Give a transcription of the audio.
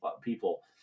people